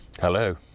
Hello